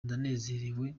ndanezerewe